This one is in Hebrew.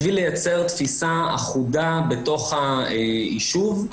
בשביל ליצר תפיסה אחודה בתוך הישוב,